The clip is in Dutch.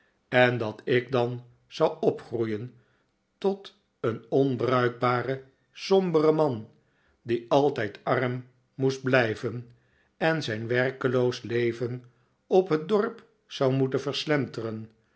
en dat ik dan zou opgroeien tot een onbruikbaren somberen man die altijd arm moest blijven en zijn werkeloos leven op het dorp zou moeten verslenteren